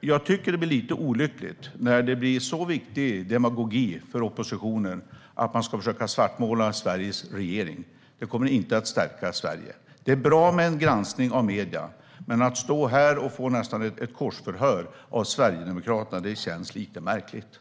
Jag tycker att det blir lite olyckligt när demagogi blir så viktig för oppositionen att man försöker svartmåla Sveriges regering. Det kommer inte att stärka Sverige. Det är bra med en granskning av medierna, men att stå här och få nästan ett korsförhör av Sverigedemokraterna känns lite märkligt.